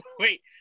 wait